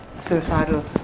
suicidal